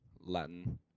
Latin